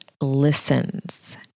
listens